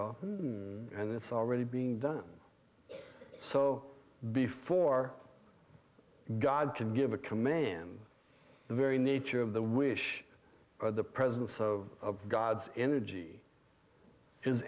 e and it's already being done so before god can give a command the very nature of the wish or the presence of god's energy is